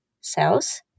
cells